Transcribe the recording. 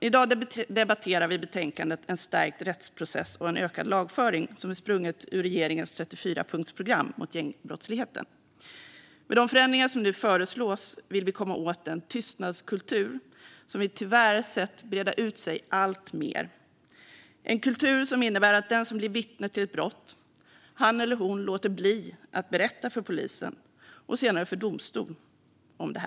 I dag debatterar vi betänkandet En stärkt rättsprocess och en ökad lagföring som är sprunget ur regeringens 34-punktsprogram mot gängbrottsligheten. Med de förändringar som nu föreslås vill vi komma åt den tystnadskultur som vi tyvärr sett breda ut sig alltmer, en kultur som innebär att den som blir vittne till ett brott, han eller hon, låter bli att berätta för polisen och senare för domstol om detta.